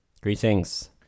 Greetings